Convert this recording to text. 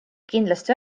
kindlasti